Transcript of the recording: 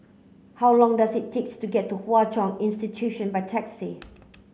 how long does it take to get to Hwa Chong Institution by taxi